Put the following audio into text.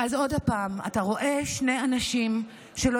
ואז עוד פעם אתה רואה שני אנשים שלא